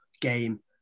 game